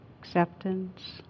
acceptance